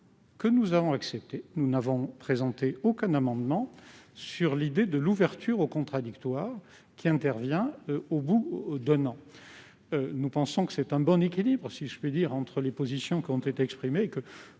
que nous avons accepté sans présenter aucun amendement, à savoir l'ouverture au contradictoire, qui intervient au bout d'un an. Nous pensons qu'il y a là un bon équilibre, si je puis dire, entre les positions qui ont été exprimées.